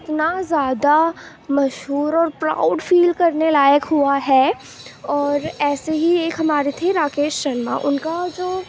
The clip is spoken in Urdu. اتنا زیادہ مشہور اور پراؤڈ فیل کرنے لائق ہوا ہے اور ایسے ہی ایک ہمارے تھے راکیش شرما ان کا جو